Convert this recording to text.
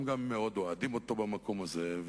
הם גם מאוד אוהדים אותו במקום הזה.